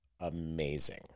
amazing